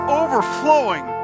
overflowing